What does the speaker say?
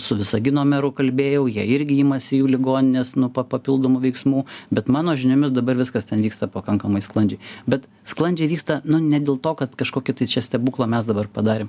su visagino meru kalbėjau jie irgi imasi jų ligoninės nu pa papildomų veiksmų bet mano žiniomis dabar viskas ten vyksta pakankamai sklandžiai bet sklandžiai vyksta nu ne dėl to kad kažkokį tai čia stebuklą mes dabar padarėm